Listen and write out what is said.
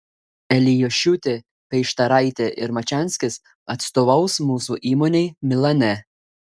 elijošiūtė peištaraitė ir mačianskis atstovaus mūsų įmonei milane